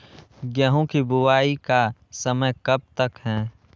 गेंहू की बुवाई का समय कब तक है?